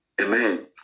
Amen